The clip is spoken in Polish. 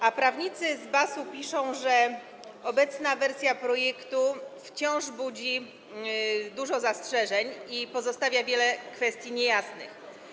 A prawnicy z BAS-u napisali, że obecna wersja projektu wciąż budzi dużo zastrzeżeń i że pozostało wiele kwestii niejasnych.